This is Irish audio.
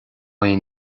aon